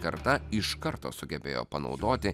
karta iš karto sugebėjo panaudoti